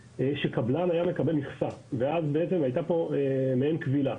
קבלן היה מקבל מכסה ואז למעשה הייתה מעין כבילה.